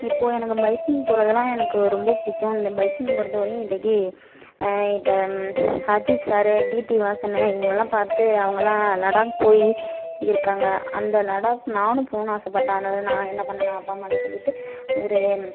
இப்போது எனக்கு பைக்கிங் போறதெலாம் எனக்கு ரொம்ப பிடிக்கும் இந்த பைக்கிங் பொருத்தவரைக்கும் இப்பைக்கு இப்போ அஜீத் சார் டீடி வாசன் இவர்கள்ளாம் பார்த்து அவர்கள்லாம் லடாக் போய் இருக்காங்க அந்த லடாக் நானும் போகணும்னு ஆசைப்பட்டேன் அதனால் நான் என்ன பண்ணன்னால் அப்பா அம்மாகிட்ட சொல்லிவிட்டு ஊரையே